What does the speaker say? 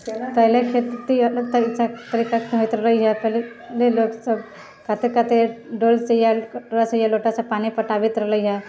पहिले खेती अलग तरीका तरीकाके होइत रहले हइ पहिले लोकसब काते काते डोलसँ या कटोरासँ या लोटासँ पानी पटाबैत रहले हँ